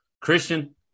Christian